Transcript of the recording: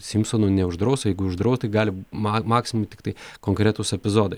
simpsonų neuždraus o jeigu uždraus tai gali ma maksium tiktai konkretūs epizodai